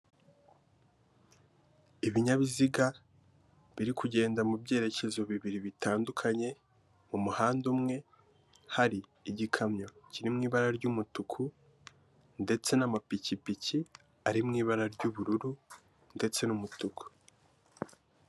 Ibinyabiziga biri kugenda mu byerekezo bibiri bitandukanye, mu muhanda umwe hari igikamyo kiririmo ibara ry'umutuku, ndetse n'amapikipiki ari mu ibara ry'ubururu ndetse n'umutuku.